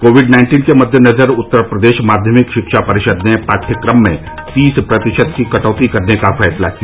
Covid nineteen के मद्देनजर उत्तर प्रदेश माध्यमिक शिक्षा परिषद ने पाठ्यक्रम में तीस प्रतिशत की कटौती करने का फैसला किया